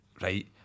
right